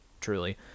truly